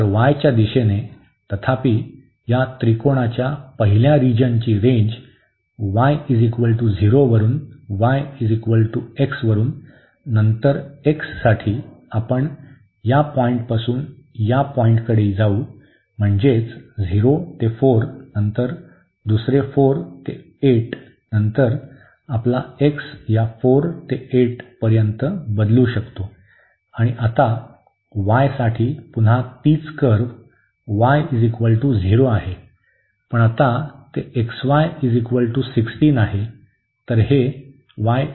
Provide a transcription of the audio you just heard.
तर y च्या दिशेने तथापि या त्रिकोणाच्या पहिल्या रिजनची रेंज y0 वरुन yx वरुन व नंतर x साठी आपण या पॉईंटपासून या पॉईंटकडे जाऊ म्हणजेच 0 ते 4 नंतर दुसरे 4 ते 8 नंतर आपला x या 4 ते 8 पर्यंत बदलू शकतो आणि आता y साठी पुन्हा तीच कर्व्ह y 0 आहे पण आता ते xy 16 आहे